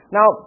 Now